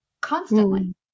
constantly